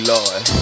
Lord